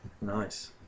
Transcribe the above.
Nice